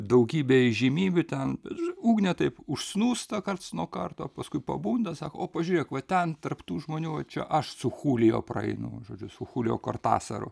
daugybė įžymybių ten bet ugnė taip užsnūsta karts nuo karto paskui pabunda sako o pažiūrėk va ten tarp tų žmonių va čia aš su chulija praeinu žodžiu su chulijo kortasaru